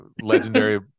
legendary